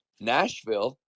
Nashville